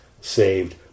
saved